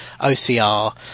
OCR